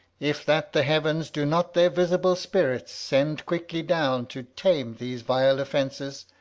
if that the heavens do not their visible spirits send quickly down to tame these vile offences,